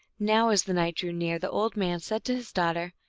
now as the night drew near, the old man said to his daughter,